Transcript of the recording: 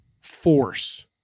force